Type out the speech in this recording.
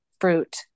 fruit